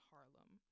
Harlem